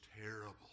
terrible